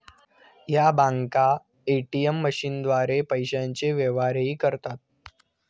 या बँका ए.टी.एम मशीनद्वारे पैशांचे व्यवहारही करतात